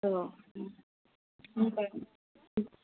औ